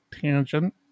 tangent